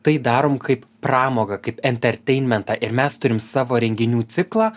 tai darom kaip pramogą kaip entertainmentą ir mes turim savo renginių ciklą